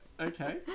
okay